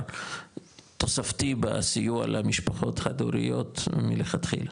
תוספתי בסיוע למשפחות חד-הוריות מלכתחילה.